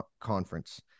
conference